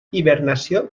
hibernació